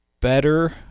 better